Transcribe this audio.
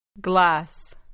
Glass